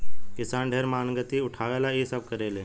किसान ढेर मानगती उठावे ला इ सब करेले